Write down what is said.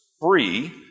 free